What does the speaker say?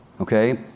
Okay